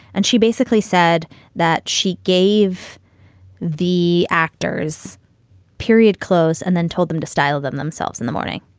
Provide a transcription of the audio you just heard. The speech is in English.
and she basically said that she gave the actors period clothes and then told them to style them themselves in the morning,